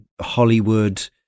hollywood